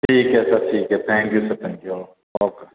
ठीक ऐ सर ठीक ऐ थैंकयू सर थैंकयू ओके